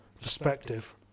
perspective